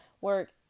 work